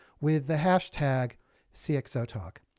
with the hashtag cxotalk.